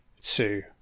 Two